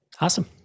Awesome